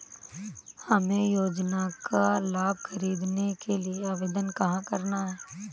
हमें योजना का लाभ ख़रीदने के लिए आवेदन कहाँ करना है?